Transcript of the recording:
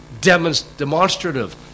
demonstrative